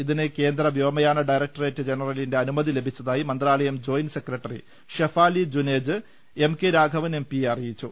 ഇതിന് കേന്ദ്ര വ്യോമയാന് ഡയറക്ടറേറ്റ് ജനറലിന്റെ അനുമതി ലഭിച്ചതായി മന്ത്രാലയം joint secretary Shefali Juneja MK Raghavan എംപിയെ അറിയിച്ചു